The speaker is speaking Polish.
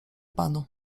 panu